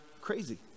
crazy